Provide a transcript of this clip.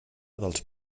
dels